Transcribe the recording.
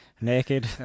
naked